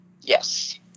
Yes